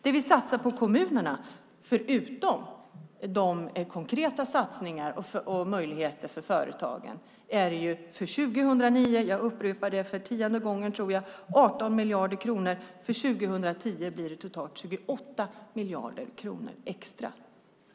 Det vi satsar på kommunerna, förutom konkreta satsningar och möjligheter för företagen är - jag upprepar det för tionde gången tror jag - 18 miljarder kronor för år 2009. För år 2010 blir det totalt 28 miljarder extra.